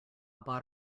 bought